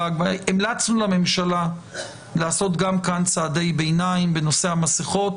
המלצנו לממשלה לעשות גם כאן צעדי ביניים בנושא המסכות,